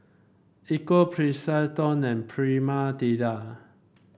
Equal and Prima Deli